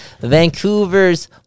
vancouver's